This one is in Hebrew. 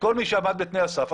כל מי שעמד בתנאי הסף,